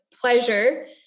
pleasure